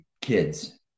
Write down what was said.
kids